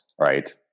right